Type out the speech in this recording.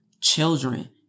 children